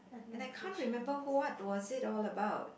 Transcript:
and I can't remember what was it all about